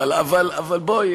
אבל בואי,